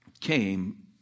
came